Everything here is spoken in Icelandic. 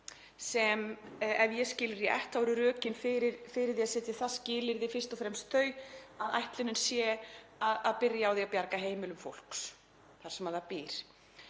Ef ég skil það rétt voru rökin fyrir því að setja það skilyrði fyrst og fremst þau að ætlunin sé að byrja á því að bjarga heimilum fólks þar sem það býr.